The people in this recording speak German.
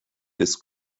des